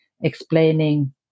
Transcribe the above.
explaining